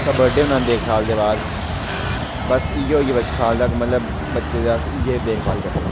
उसदा बर्थडे मनांदे इक साल दे बाद बस इ'यै साल तक मतलब बच्चे दा अस इ'यै देखभाल करदे